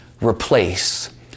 replace